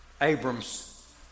Abram's